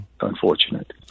unfortunate